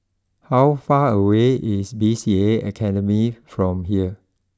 how far away is B C A Academy from here